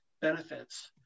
benefits